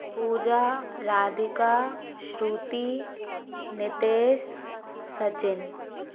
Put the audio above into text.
Puja Radhika Shruti Nitesh Sachin